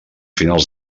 finals